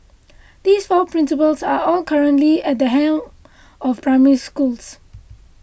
these four principals are all currently at the helm of Primary Schools